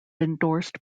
endorsed